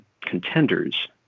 Contenders